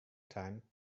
time